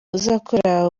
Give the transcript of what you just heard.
uzakora